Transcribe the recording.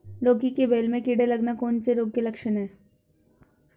लौकी की बेल में कीड़े लगना कौन से रोग के लक्षण हैं?